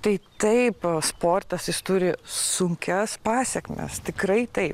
tai taip sportas jis turi sunkias pasekmes tikrai taip